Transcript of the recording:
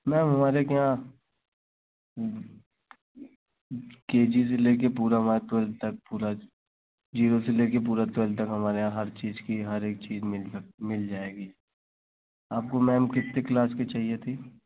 ma'am हमारे यहाँ कैँची से लेकर पूरा तक पूरा ज़ीरो से लेकर पूरा तक हमारे यहाँ हर चीज़ की हरेक चीज़ मिल सक मिल जाएगी आपको मैम कितने क्लास की चाहिए थी